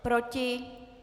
Proti?